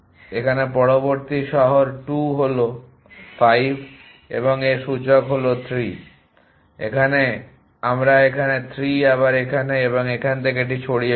এখানে পরবর্তী শহর 2 হল 5 এবং এর সূচক হলো 3এখানে আমরা এখানে 3 আবার এখানে এবং এখান থেকে এটি সরিয়ে ফেলি